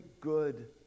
good